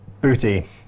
booty